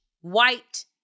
white